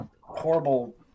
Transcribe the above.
horrible